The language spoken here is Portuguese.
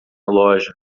loja